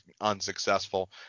unsuccessful